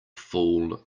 fool